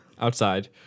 Outside